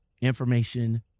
information